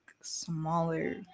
smaller